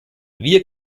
wir